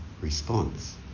response